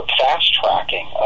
fast-tracking